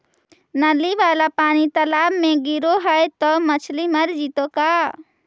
नली वाला पानी तालाव मे गिरे है त मछली मर जितै का?